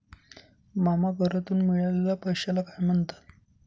मामा करातून मिळालेल्या पैशाला काय म्हणतात?